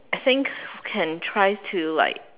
I think can try to like